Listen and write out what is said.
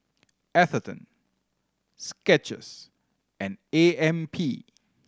Atherton Skechers and A M P